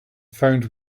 found